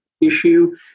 issue